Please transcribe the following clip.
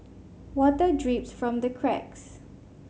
water drips from the cracks